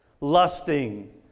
lusting